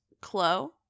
Clo